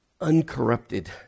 uncorrupted